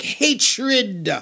hatred